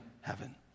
heaven